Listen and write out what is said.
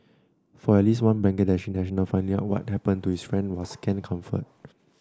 for at least one Bangladeshi national finding out what happened to his friend was scant comfort